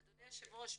אדוני היושב ראש,